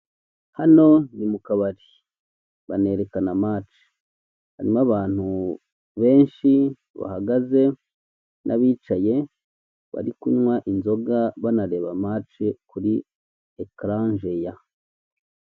Hano ni mu kabari. Banerekana mace. Harimo abantu benshi bahagaze n'abicaye, bari kunywa inzoga banareba mace kuri ekaranjeya.